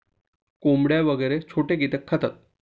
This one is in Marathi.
कोंबड्या वगैरे छोटे कीटक खातात